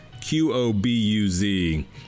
Q-O-B-U-Z